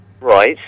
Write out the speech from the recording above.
Right